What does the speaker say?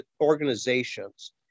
organizations